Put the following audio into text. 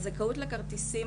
הזכאות לכרטיסים,